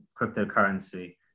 cryptocurrency